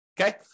Okay